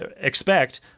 expect